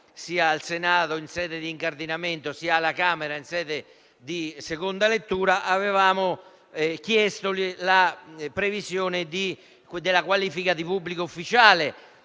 sia al Senato in sede di incardinamento, sia alla Camera in sede di seconda lettura, la previsione della qualifica di pubblico ufficiale